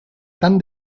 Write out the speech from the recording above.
tan